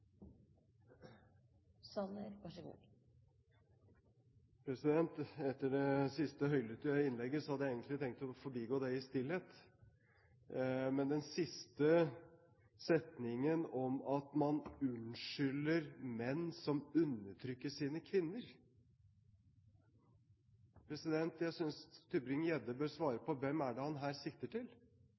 Det siste høylydte innlegget hadde jeg egentlig tenkt å forbigå i stillhet, men til den siste setningen om at man unnskylder menn som undertrykker sine kvinner: Jeg synes Tybring-Gjedde bør svare på hvem det er han her sikter til.